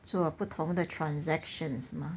做不同的 transactions 吗